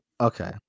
okay